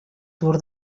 tour